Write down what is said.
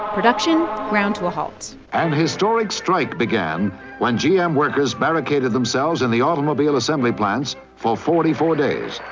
production ground to a halt an historic strike began when gm workers barricaded themselves in the automobile assembly plants for forty four days.